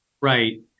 Right